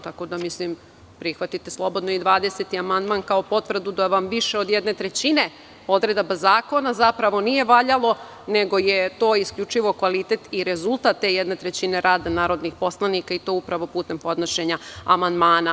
Tako da prihvatite slobodno i 20. amandman kao potvrdu da vam više od jedne trećine odredaba zakona, zapravo nije valjalo nego je to isključivo kvalitet i rezultat te jedne trećine rada narodnih poslanika i to upravo putem podnošenja amandmana.